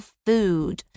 food